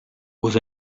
was